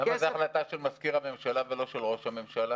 למה זו החלטה של מזכיר הממשלה ולא של ראש הממשלה?